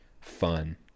fun